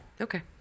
Okay